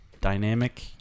dynamic